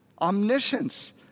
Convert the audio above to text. Omniscience